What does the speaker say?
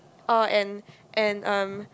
oh and and um